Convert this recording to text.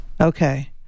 Okay